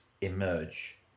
emerge